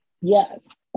Yes